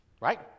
right